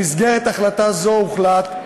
במסגרת החלטה זו הוחלט,